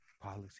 Policy